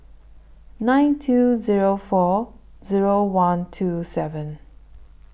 nine two Zero four Zero one two seven